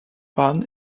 ban